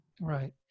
Right